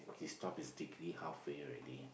he stopped his degree halfway already